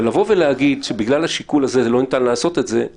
אבל להגיד שבגלל השיקול הזה לא ניתן לעשות את זה,